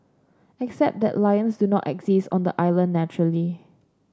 except that lions do not exist on the island naturally